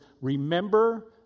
remember